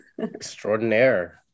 Extraordinaire